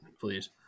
please